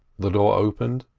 the door opened,